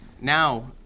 now